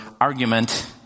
argument